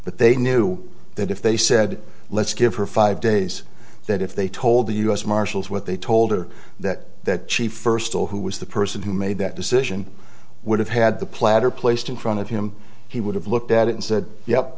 but they knew that if they said let's give her five days that if they told the u s marshals what they told her that she first of all who was the person who made that decision would have had the platter placed in front of him he would have looked at it and said y